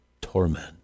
torment